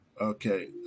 Okay